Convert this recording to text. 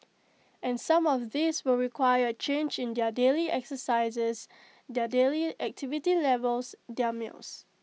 and some of these will require A change in their daily exercises their daily activity levels their meals